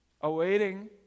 awaiting